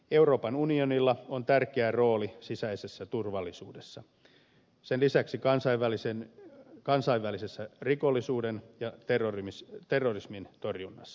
euroopan unionilla on tärkeä rooli sisäisessä turvallisuudessa ja sen lisäksi kansainvälisen rikollisuuden ja terrorismin torjunnassa